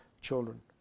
children